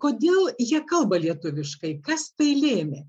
kodėl jie kalba lietuviškai kas tai lėmė